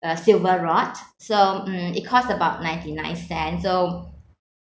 a silver rod so mm it cost about ninety nine cent so